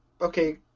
Okay